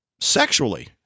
sexually